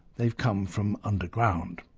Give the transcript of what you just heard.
they've come from underground.